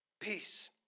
peace